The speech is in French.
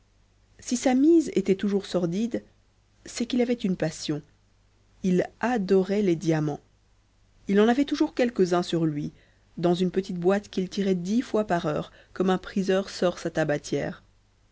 si sa mise était toujours sordide c'est qu'il avait une passion il adorait les diamants il en avait toujours quelques-uns sur lui dans une petite boîte qu'il tirait dix fois par heure comme un priseur sort sa tabatière